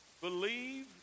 believe